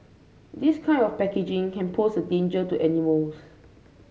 this kind of packaging can pose a danger to animals